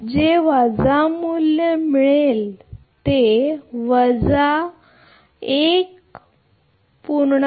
तर तुम्हाला वजा मूल्य मिळेल वजा 1